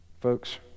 Folks